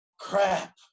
crap